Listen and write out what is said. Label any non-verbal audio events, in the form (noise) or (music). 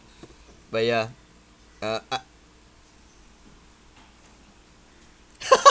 but ya uh I (laughs)